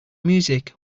music